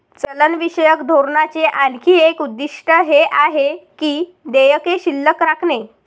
चलनविषयक धोरणाचे आणखी एक उद्दिष्ट हे आहे की देयके शिल्लक राखणे